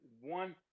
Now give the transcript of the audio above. One